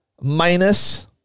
Minus